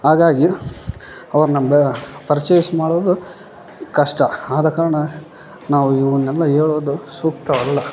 ಹಾಗಾಗಿ ಅವ್ರು ನಮ್ಗೆ ಪರ್ಚೇಸ್ ಮಾಡೋದು ಕಷ್ಟ ಆದ ಕಾರಣ ನಾವು ಇವನ್ನೆಲ್ಲ ಹೇಳೋದು ಸೂಕ್ತವಲ್ಲ